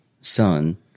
son